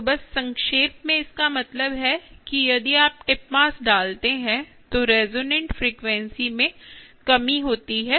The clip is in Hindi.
तो बस संक्षेप में इसका मतलब है कि यदि आप टिप मास डालते हैं तो रेजोनेंट फ्रीक्वेंसी में कमी होती है